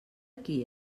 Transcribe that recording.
qui